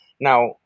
Now